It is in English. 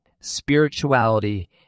spirituality